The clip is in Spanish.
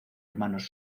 hermanos